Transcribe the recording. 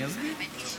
אני אסביר.